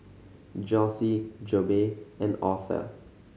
Jossie Jobe and Author